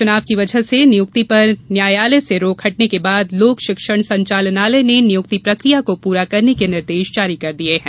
चुनाव की वजह से नियुक्ति पर न्यायालय से रोक हटने के बाद लोक शिक्षण संचालनालय ने नियुक्ति प्रक्रिया को पूरा करने के निर्देश जारी कर दिये हैं